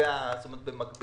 לא היה.